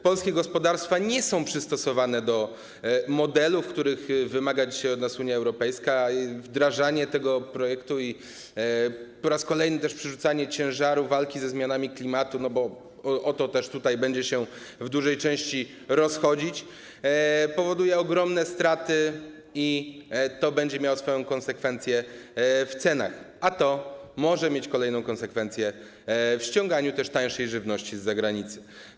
Polskie gospodarstwa nie są przystosowane do modelów, których wymaga dzisiaj od nas Unia Europejska, a wdrażanie tego projektu i po raz kolejny też przerzucanie ciężaru walki ze zmianami klimatu, bo o to też tutaj będzie się w dużej części rozchodzić, powoduje ogromne straty i będzie to miało swoje konsekwencje w cenach, a to może mieć kolejne konsekwencje w postaci ściągania tańszej żywności z zagranicy.